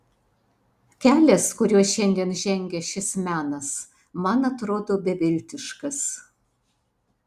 kelias kuriuo šiandien žengia šis menas man atrodo beviltiškas